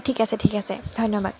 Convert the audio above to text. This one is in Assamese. অঁ ঠিক আছে ঠিক আছে ধন্যবাদ